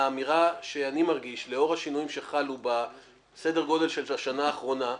האמירה שאני מרגיש לאור השינויים שחלו בסדר גודל של השנה האחרונה,